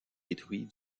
détruit